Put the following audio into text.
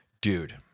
dude